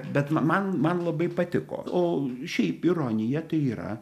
bet ma man man labai patiko o šiaip ironija tai yra